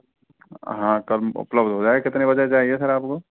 हाँ कब उपलब्ध हो जाएगा कितने बजे चाहिए सर आपको